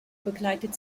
begleitet